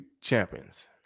champions